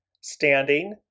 standing